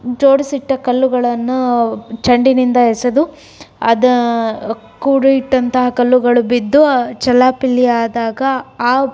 ಜೋಡಿಸಿಟ್ಟ ಕಲ್ಲುಗಳನ್ನು ಚೆಂಡಿನಿಂದ ಎಸೆದು ಅದು ಕೂಡಿಟ್ಟಂತಹ ಕಲ್ಲುಗಳು ಬಿದ್ದು ಚೆಲ್ಲಾಪಿಲ್ಲಿ ಆದಾಗ